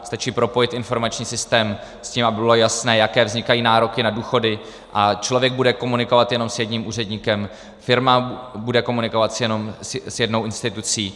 Stačí propojit informační systém, aby bylo jasné, jaké vznikají nároky na důchody, a člověk bude komunikovat jenom s jedním úředníkem, firma bude komunikovat jenom s jednou institucí.